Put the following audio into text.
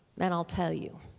and i'll tell you.